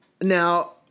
now